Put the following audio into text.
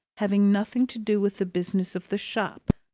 having nothing to do with the business of the shop,